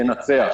ינצח.